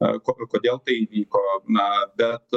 a ko kodėl tai įvyko na bet